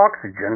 oxygen